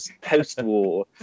post-war